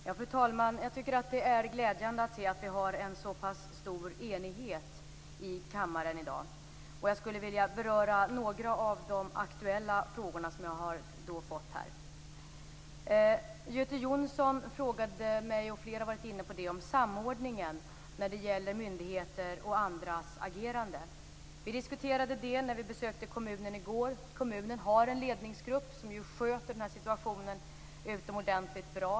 Fru talman! Jag tycker att det är glädjande att se att vi har en så pass stor enighet i kammaren i dag. Jag skall beröra några av de aktuella frågor som jag har fått. Göte Jonsson frågade mig - och flera har varit inne på detta - om samordningen mellan myndigheters och andras agerande. Vi diskuterade det när vi besökte kommunen i går. Kommunen har en ledningsgrupp som sköter situationen utomordentligt bra.